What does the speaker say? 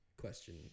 question